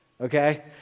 Okay